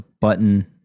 button